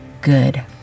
good